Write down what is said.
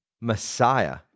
Messiah